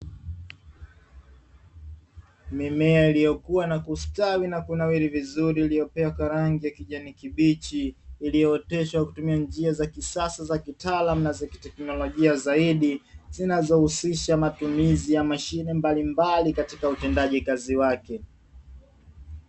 Mimea iliyokua na kustawi na kunawiri vizuri iliyopakwa rangi ya kijani kibichi, iliyooteshwa kutumia njia za kisasa na za kitaalamu na za kiteknolojia zaidi zinazohusisha matumizi ya mashine mbalimbali katika utendaji kazi wake.